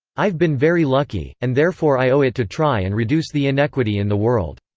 i've been very lucky, and therefore i owe it to try and reduce the inequity in the world.